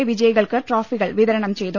A വിജയികൾക്ക് ട്രോഫികൾ വിത രണം ചെയ്തു